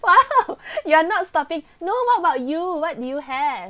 !wow! you're not stopping no what about you what new hair